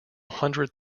hundred